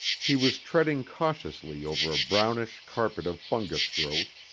he was treading cautiously over a brownish carpet of fungus growth,